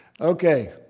Okay